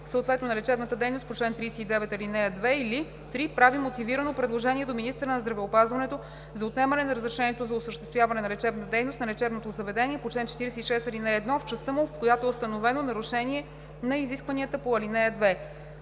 съответно на лечебната дейност по чл. 39, ал. 2, или 3. прави мотивирано предложение до министъра на здравеопазването за отнемане на разрешението за осъществяване на лечебна дейност на лечебното заведение по чл. 46, ал. 1 в частта му, в която е установено нарушение на изискванията по ал. 2.